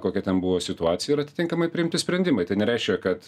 kokia ten buvo situacija ir atitinkamai priimti sprendimai tai nereiškia kad